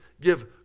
give